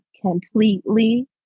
completely